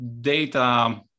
data